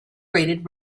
rated